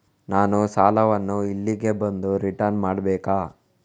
ನಾನು ಸಾಲವನ್ನು ಇಲ್ಲಿಗೆ ಬಂದು ರಿಟರ್ನ್ ಮಾಡ್ಬೇಕಾ?